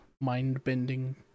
mind-bending